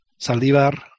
Saldivar